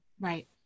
Right